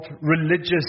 religious